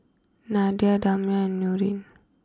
Nadia Damia and Nurin